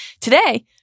Today